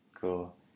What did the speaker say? cool